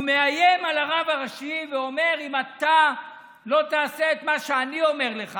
הוא מאיים על הרב הראשי ואומר: אם אתה לא תעשה את מה שאני אומר לך,